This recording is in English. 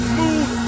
move